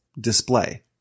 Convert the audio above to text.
display